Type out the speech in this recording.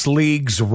league's